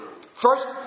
First